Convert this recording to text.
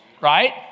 right